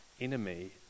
enemy